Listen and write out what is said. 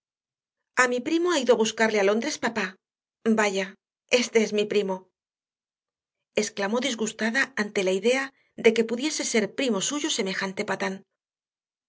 a mi primo ha ido a buscarle a londres papá vaya este mi primo exclamó disgustada ante la idea de que pudiese ser primo suyo semejante patán